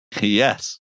Yes